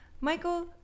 Michael